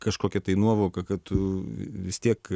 kažkokią tai nuovoką kad tu vis tiek